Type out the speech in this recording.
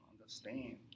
understand